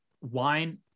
wine